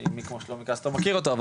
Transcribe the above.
מי כמו שלומי קסטרו מכיר אותו,